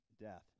death